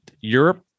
Europe